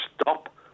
stop